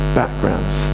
backgrounds